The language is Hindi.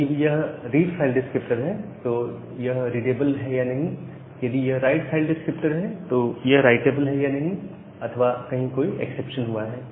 यदि यह रीड फाइल डिस्क्रिप्टर है तो यह रीडेबल है या नहीं यदि यह राइट फाइल डिस्क्रिप्टर है तो यह रायटेबल है या नहीं अथवा कहीं कोई एक्सेप्शन हुआ है